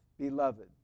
beloved